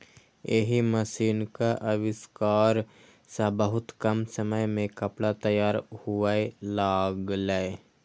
एहि मशीनक आविष्कार सं बहुत कम समय मे कपड़ा तैयार हुअय लागलै